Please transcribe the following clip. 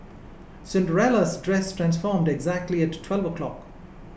Cinderella's dress transformed exactly at twelve o'clock